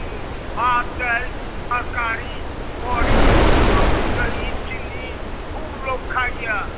भात दालि तरकारी बड़ी आओर दही चिन्नी खूब लोक खाइए